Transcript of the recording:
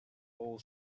all